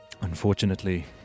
Unfortunately